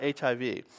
HIV